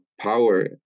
power